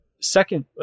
second